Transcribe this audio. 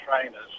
trainers